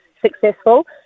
successful